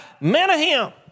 Menahem